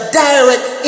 direct